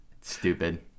Stupid